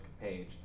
page